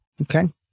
Okay